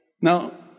Now